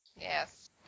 Yes